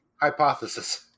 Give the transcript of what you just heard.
hypothesis